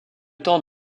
temps